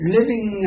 Living